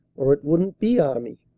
or it wouldn't be army.